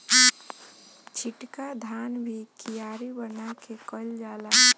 छिटका धान भी कियारी बना के कईल जाला